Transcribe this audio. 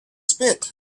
spit